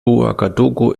ouagadougou